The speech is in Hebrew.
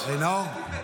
נאור, נאור.